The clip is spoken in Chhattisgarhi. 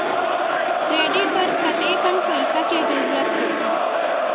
क्रेडिट बर कतेकन पईसा के जरूरत होथे?